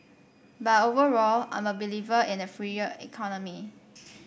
but overall I'm a believer in a freer economy